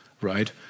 right